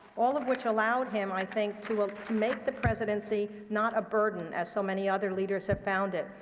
all of which allowed him, i think, to ah to make the presidency not a burden, as so many other leaders have found it,